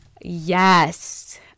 Yes